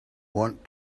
want